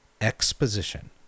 Exposition